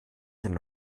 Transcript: sind